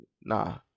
Nah